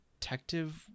detective